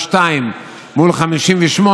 או 62 מול 58,